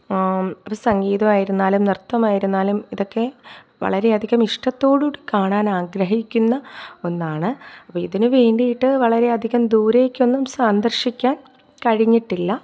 അപ്പം സംഗീതമായിരുന്നാലും നൃത്തമായിരുന്നാലും ഇതൊക്കെ വളരെയധികം ഇഷ്ടത്തോട് കൂടി കാണാൻ ആഗ്രഹിക്കുന്ന ഒന്നാണ് അപ്പം ഇതിന് വേണ്ടിയിട്ട് വളരെയധികം ദൂരേക്കൊന്നും സന്ദർശിക്കാൻ കഴിഞ്ഞിട്ടില്ല